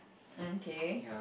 mm K